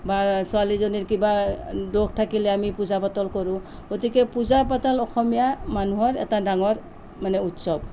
বা ছোৱালীজনীৰ কিবা দোষ থাকিলে আমি পূজা পাতল কৰোঁ গতিকে পূজা পাতল অসমীয়া মানুহৰ এটা ডাঙৰ মানে উৎসৱ